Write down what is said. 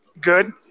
Good